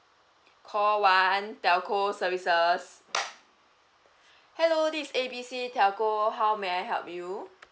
call one telco services hello this is A B C telco how may I help you